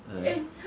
like that